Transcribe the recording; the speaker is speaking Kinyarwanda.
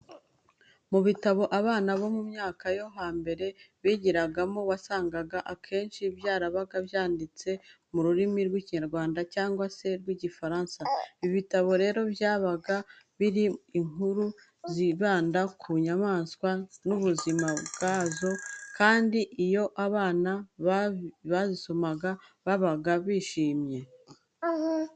Mu bitabo abana bo mu myaka yo hambere bigiragamo wasangaga akenshi byarabaga byanditse mu rurimi rw'Ikinyarwanda cyangwa se urw'Igifaransa. Ibi bitabo rero byabaga birimo inkuru zibandaga ku nyamaswa n'ubuzima bwazo kandi iyo abana bazibasomeraga babaga bishimwe.